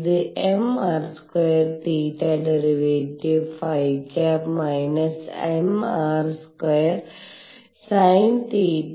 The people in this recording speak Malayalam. ഇത് mr2 θ˙ ϕ −mr2 sinθ ϕ˙